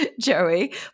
Joey